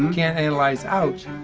can't analyze ouch.